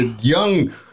young